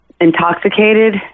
intoxicated